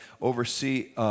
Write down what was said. oversee